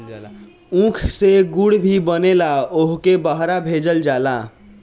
ऊख से गुड़ भी बनेला ओहुके बहरा भेजल जाला